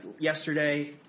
yesterday